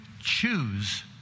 choose